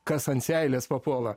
kas ant seilės papuola